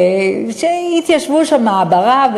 שהתיישבו שם, מעברה.